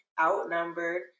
Outnumbered